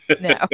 No